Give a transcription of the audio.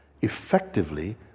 effectively